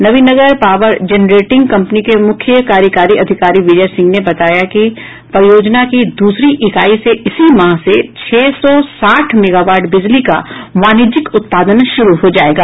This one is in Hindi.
नबीनगर पावर जनरेटिंग कंपनी के मुख्य कार्यकारी अधिकारी विजय सिंह ने बताया कि परियोजना की दूसरी इकाई से इसी माह से छह सौ साठ मेगावाट बिजली का वाणिज्यिक उत्पादन शुरू हो जाएगा